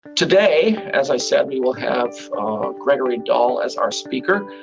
today, as i said, we will have gregory dahl as our speaker.